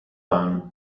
pan